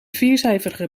viercijferige